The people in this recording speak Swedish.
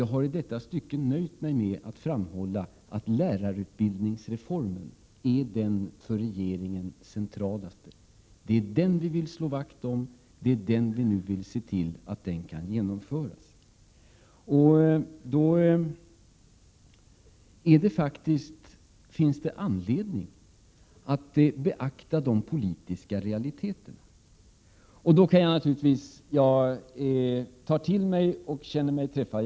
Jag har i detta stycke nöjt mig med att framhålla att lärarutbildningsreformen är den för regeringen mest centrala frågan. Det är den vi vill slå vakt om. Vi vill nu se till att den kan genomföras. Det finns anledning att beakta de politiska realiteterna. Björn Samuelson, jag tar till mig och känner mig träffad.